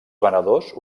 venedors